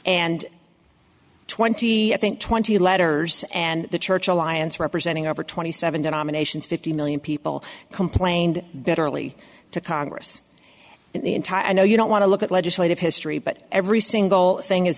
and twenty i think twenty letters and the church alliance representing over twenty seven denominations fifty million people complained bitterly to congress and the entire i know you don't want to look at legislative history but every single thing is